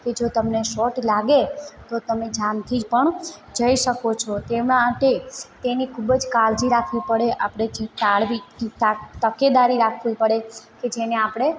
કે જો તમને શોર્ટ લાગે તો તમે જાનથી પણ જઇ શકો છો તે માટે એની ખૂબ જ કાળજી રાખવી પડે આપણે જે ટાળવી જે ટા તકેદારી રાખવી પડે કે જેને આપણે